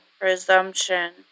presumption